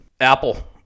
Apple